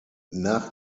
nach